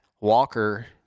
Walker